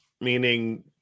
Meaning